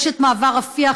יש את מעבר רפיח,